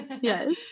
yes